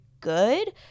good